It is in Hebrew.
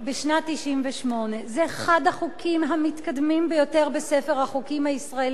בשנת 1998. זה אחד החוקים המתקדמים ביותר בספר החוקים הישראלי,